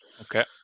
okay